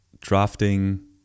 drafting